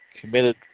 committed